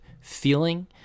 feeling